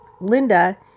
Linda